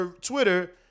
Twitter